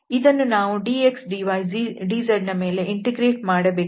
ಇದನ್ನು ನಾವು dxdydz ಮೇಲೆ ಇಂಟಿಗ್ರೇಟ್ ಮಾಡಬೇಕಾಗಿದೆ